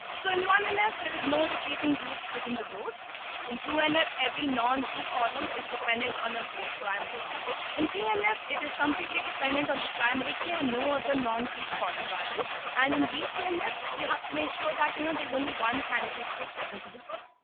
so in one nf, there is no repeating groups within the rows into an app every non-key column is dependent on a whole primary key in three nf. it is completely dependent on the primary key and no other non-key column values and in bcnf, you have to make sure that you know, there's only one candidate key present in the team.